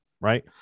right